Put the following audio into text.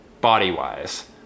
body-wise